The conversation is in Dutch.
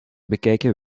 bekijken